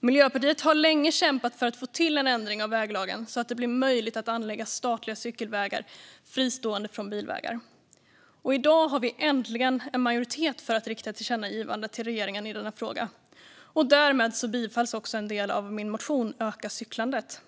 Miljöpartiet har länge kämpat för att få till en ändring av väglagen så att det blir möjligt att anlägga statliga cykelvägar fristående från bilvägar. I dag har vi äntligen en majoritet för att rikta ett tillkännagivande till regeringen i denna fråga, och därmed bifalls också en del av min motion Öka cyklandet .